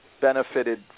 benefited